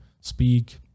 speak